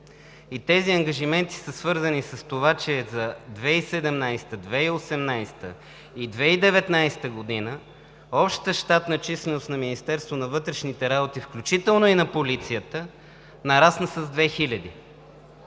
Тези ангажименти са свързани с това, че за 2017-а, 2018-а и 2019 г. общата численост на Министерството на вътрешните работи, включително и на полицията, нарасна с две